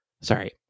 sorry